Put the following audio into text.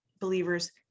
believers